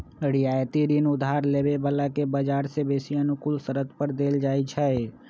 रियायती ऋण उधार लेबे बला के बजार से बेशी अनुकूल शरत पर देल जाइ छइ